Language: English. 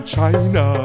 China